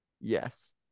yes